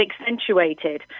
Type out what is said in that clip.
accentuated